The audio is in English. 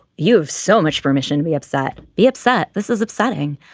you have so much permission to be upset. be upset. this is upsetting.